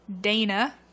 Dana